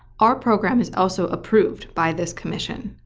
our program is also approved by this commission